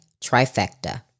trifecta